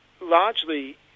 largely